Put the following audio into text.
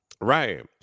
Right